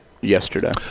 yesterday